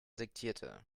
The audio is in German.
diktierte